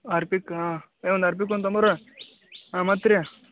Harpic ಹಾಂ ಏ ಒಂದು ಹಾರ್ಪಿಕ್ ಒಂದು ತಂಬಾರೋ ಹಾಂ ಮತ್ತು ರೀ